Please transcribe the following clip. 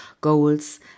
goals